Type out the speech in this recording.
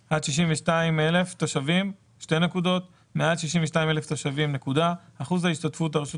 25,001 עד 62,000 תושבים 2 מעל 62,000 תושבים 1 % השתתפות הרשות